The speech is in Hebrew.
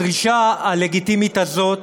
הדרישה הלגיטימית הזאת